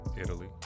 Italy